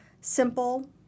simple